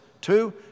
Two